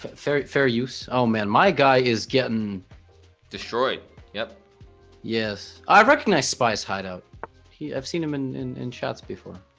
fair fair use oh man my guy is getting destroyed yep yes i recognize spy's hideout he i've seen him and in in shots before